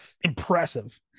impressive